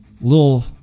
little